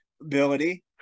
ability